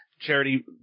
Charity